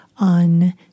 on